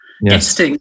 Yes